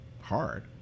hard